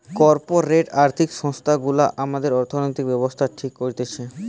corporate আর্থিক সংস্থা গুলা আমাদের অর্থনৈতিক ব্যাবস্থা ঠিক করতেছে